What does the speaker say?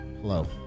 Hello